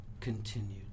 Continued